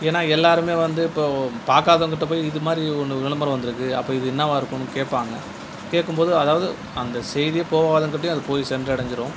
ஏன்னால் எல்லாருமே வந்து இப்போ பார்க்காதவங்கிட்ட போயி இது மாதிரி ஒன்று விளம்பரம் வந்துருக்குது அப்போ இது என்னவா இருக்கும் கேட்பாங்க கேட்கும் போது அதாவது அந்த செய்தி போவாதவங்கள்கிட்டையும் அது போய் சென்றடைஞ்சுடும்